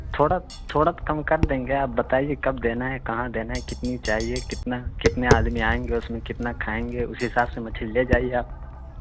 تھوڑا تھوڑا تو کم کر دیں گے آپ بتائیے کب دینا ہے کہاں دینا ہے کتنی چاہیے کتنا کتنے آدمی آئیں گے اس میں کتنا کھائیں گے اسی حساب سے مچھلی لے جائیے آپ